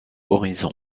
horizon